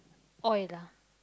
oil lah